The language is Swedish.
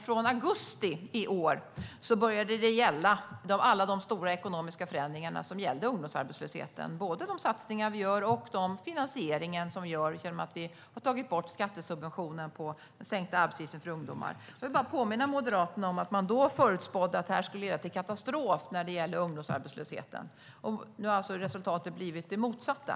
Från augusti i år gäller alla de stora ekonomiska förändringar som rör ungdomsarbetslösheten, både de satsningar och den finansiering vi gör genom att vi har tagit bort skattesubventionen i form av sänkt arbetsgivaravgift för ungdomar. Jag vill påminna Moderaterna om att man förutspådde att sänkningen skulle leda till katastrof när det gäller ungdomsarbetslösheten. Nu har resultatet alltså blivit det motsatta.